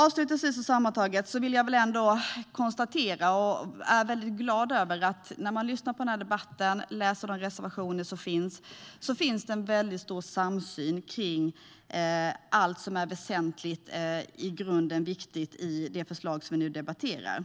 Avslutningsvis vill jag ändå konstatera att när man lyssnar på den här debatten och läser reservationerna är det en väldigt stor samsyn kring allt som är i grunden viktigt i det förslag som vi nu debatterar, och det är jag glad över.